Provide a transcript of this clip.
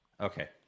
Okay